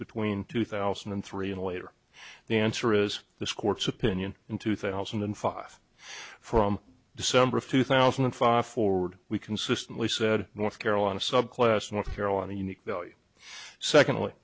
between two thousand and three and later the answer is this court's opinion in two thousand and five from december of two thousand and five forward we consistently said north carolina subclass north carolina unique value secondly